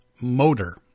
Motor